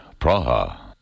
Praha. (